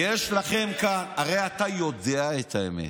אתם, יש לכם כאן, הרי אתה יודע את האמת.